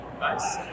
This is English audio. Nice